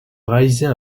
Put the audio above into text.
réaliser